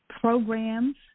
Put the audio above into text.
programs